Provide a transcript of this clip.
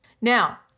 Now